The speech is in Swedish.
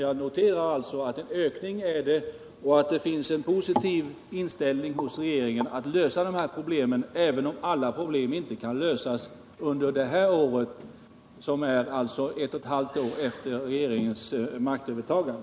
Jag noterar alltså att det är en ökning och att det finns en positiv inställning hos regeringen till att lösa problemen, även om alla problem inte kan lösas under det här året — alltså ett och ett halvt år efter regeringens tillträde.